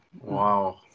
Wow